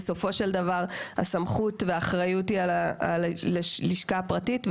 בסופו של דבר הסמכות והאחריות היא של הלשכה הפרטית,